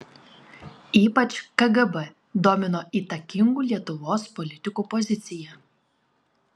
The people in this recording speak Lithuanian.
ypač kgb domino įtakingų lietuvos politikų pozicija